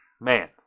man